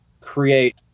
create